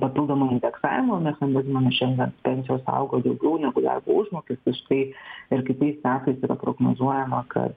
papildomą indeksavimo mechanizmą nes šiandien pensijos augo daugiau negu darbo užmokestis tai ir kitais metais yra prognozuojama kad